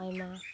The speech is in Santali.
ᱟᱭᱢᱟ